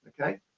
Okay